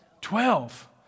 Twelve